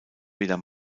weder